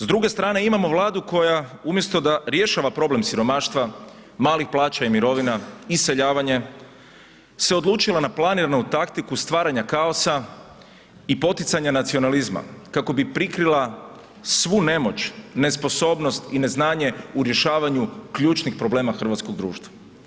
S druge strane imamo Vladu koja umjesto da rješava problem siromaštva, malih plaća i mirovina, iseljavanje se odlučila na planiranu taktiku stvaranja kaosa i poticanja nacionalizma kako bi prikrila svu nemoć, nesposobnost i neznanje u rješavanju ključnih problema hrvatskog društva.